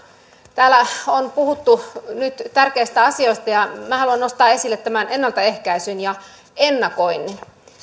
täällä on puhuttu nyt tärkeistä asioista ja minä haluan nostaa esille ennaltaehkäisyn ja ennakoinnin